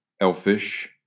elfish